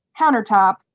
countertop